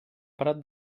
prat